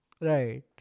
Right